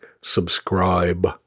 subscribe